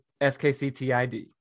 SKCTID